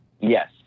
Yes